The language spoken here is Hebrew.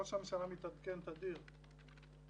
ראש הממשלה מתעדכן תדיר בסטטוסים,